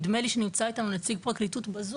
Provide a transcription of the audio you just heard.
נדמה לי שנמצא איתנו נציג פרקליטות בזום,